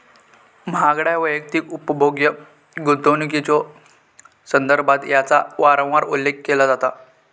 महागड्या वैयक्तिक उपभोग्य गुंतवणुकीच्यो संदर्भात याचा वारंवार उल्लेख केला जाता